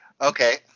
okay